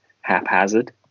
haphazard